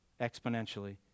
exponentially